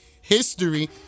history